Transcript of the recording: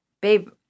babe